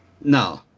No